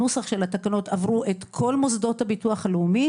הנוסח של התקנות עבר את כל מוסדות הביטוח הלאומי,